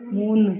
മൂന്ന്